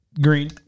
green